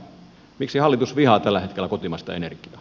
miksi hallitus vihaa tällä hetkellä kotimaista energiaa